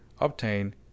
obtain